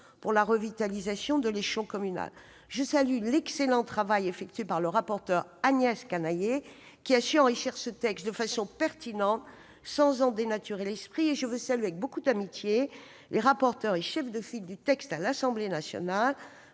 de la revitalisation de l'échelon communal. Je salue l'excellent travail effectué par le rapporteur Agnès Canayer, qui a su enrichir le texte de façon pertinente sans en dénaturer l'esprit. Je salue avec beaucoup d'amitié les rapporteurs et chefs de file du texte à l'Assemblée nationale,